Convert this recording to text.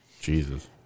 Jesus